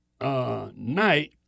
night